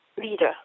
leader